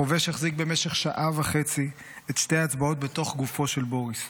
החובש החזיק במשך שעה וחצי את שתי האצבעות בתוך גופו של בוריס,